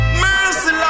mercy